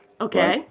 Okay